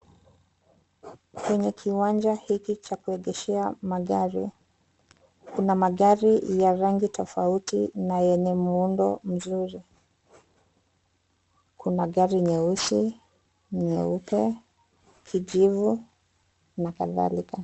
Kwenye kiwanja hiki cha kuegeshea magari, kuna magari ya rangi tofauti na yenye muundo mzuri. Kuna garai nyeusi, nyeupe, kijivu na kadhalika.